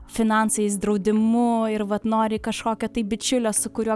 finansais draudimu ir vat nori kažkokio tai bičiulio su kuriuo